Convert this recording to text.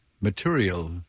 material